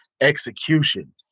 execution